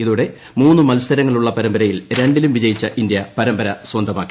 ഇതോടെ മൂന്ന് മത്സരങ്ങളുള്ള പരമ്പരയിൽ രണ്ടിലും വിജയിച്ച ഇന്ത്യ പരമ്പര സ്വന്തമാക്കി